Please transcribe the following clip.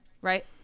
right